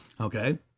Okay